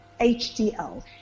HDL